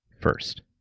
first